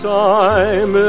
time